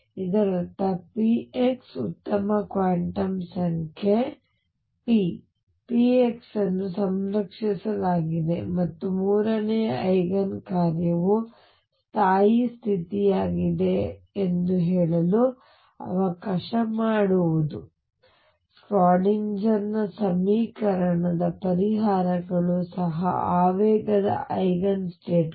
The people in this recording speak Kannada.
ಇದರರ್ಥ px ಉತ್ತಮ ಕ್ವಾಂಟಮ್ ಸಂಖ್ಯೆ p px ಅನ್ನು ಸಂರಕ್ಷಿಸಲಾಗಿದೆ ಮತ್ತು ಮೂರನೆಯ ಐಗನ್ ಕಾರ್ಯವು ಸ್ಥಾಯಿ ಸ್ಥಿತಿಯಾಗಿದೆ ಎಂದು ಹೇಳಲು ಅವಕಾಶ ಮಾಡಿಕೊಡಿ ಸ್ಕ್ರಾಡಿನ್ಜರ್ ನ ಸಮೀಕರಣದ ಪರಿಹಾರಗಳು ಸಹ ಆವೇಗದ ಐಗನ್ ಸ್ಟೇಟ್ಗಳು